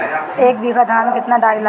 एक बीगहा धान में केतना डाई लागेला?